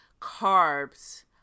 carbs